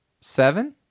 seven